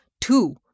two